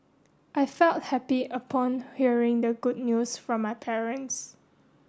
I felt happy upon hearing the good news from my parents